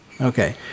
Okay